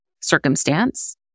circumstance